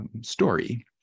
story